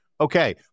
Okay